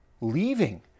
leaving